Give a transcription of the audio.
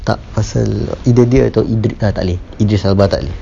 tak pasal ido~ atau idri~ ah tak boleh idris elba tak boleh